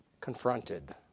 confronted